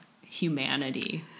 humanity